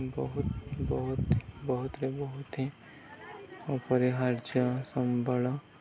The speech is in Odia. ବହୁତ ବହୁତ ବହୁତରେ ବହୁତ ହିଁ ପରିହାର୍ଯ୍ୟ ସମ୍ବଳ